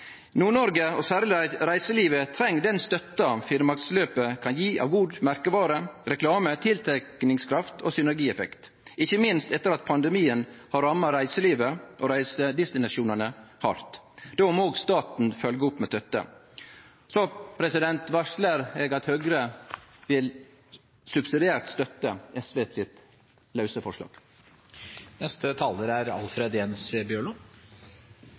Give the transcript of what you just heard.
særleg reiselivet, treng den støtta Finnmarksløpet kan gje av god merkevare, reklame, tiltrekkingskraft og synergieffekt, ikkje minst etter at pandemien har ramma reiselivet og reisedestinasjonane hardt. Då må òg staten følgje opp med støtte. Så varslar eg at Høgre subsidiært vil støtte det lause forslaget frå SV. Finnmarksløpet er Europas lengste hundekøyreløp, og det er